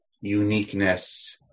uniqueness